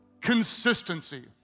consistency